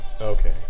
Okay